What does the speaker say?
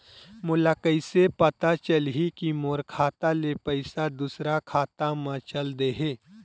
मोला कइसे पता चलही कि मोर खाता ले पईसा दूसरा खाता मा चल देहे?